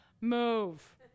move